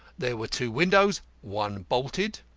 there were two windows, one bolted.